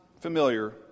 familiar